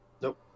Nope